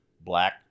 black